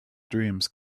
dreams